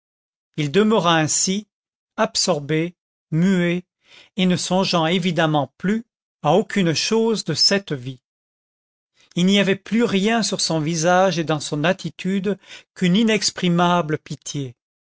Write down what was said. il demeura ainsi absorbé muet et ne songeant évidemment plus à aucune chose de cette vie il n'y avait plus rien sur son visage et dans son attitude qu'une inexprimable pitié